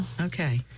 Okay